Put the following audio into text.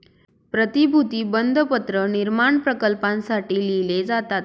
प्रतिभूती बंधपत्र निर्माण प्रकल्पांसाठी लिहिले जातात